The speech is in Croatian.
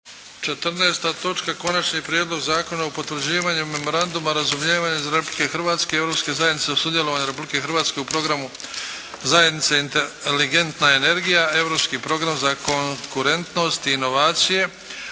14. točka - Konačni prijedlog zakona o potvrđivanju Memoranduma o razumijevanju između Republike Hrvatske i Europske zajednice o sudjelovanju Republike Hrvatske u programu zajednice "Inteligentna energije – Europski program za konkurentnost i inovacije"